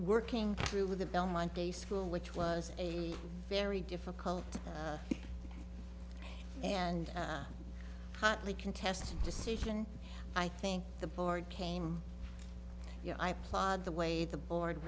working through the belmont day school which was a very difficult and hotly contested decision i think the board came you know i plod the way the board